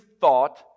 thought